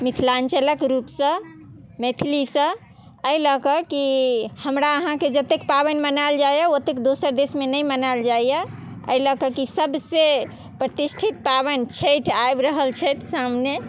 मिथिलाञ्चलक रूपसँ मैथिलीसँ एहि लअ कऽ की हमरा अहाँके जतेक पाबनि मनायल जाइए ओतेक दोसर देशमे नहि मनायल जाइए एहि लअ कऽ की सभसँ प्रतिष्ठित पाबनि छठि आबि रहल छथि सामने